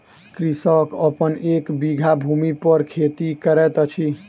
कृषक अपन एक बीघा भूमि पर खेती करैत अछि